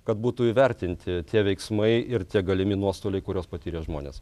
kad būtų įvertinti tie veiksmai ir tie galimi nuostoliai kuriuos patyrė žmonės